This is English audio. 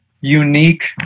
unique